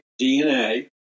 DNA